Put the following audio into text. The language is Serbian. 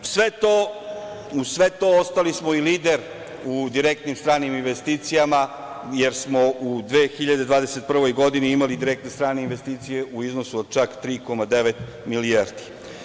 Uz sve to, ostali smo i lider u direktnim stranim investicijama, jer smo u 2021. godini imali direktne strane investicije u iznosu od čak 3,9 milijardi.